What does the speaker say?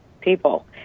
people